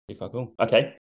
Okay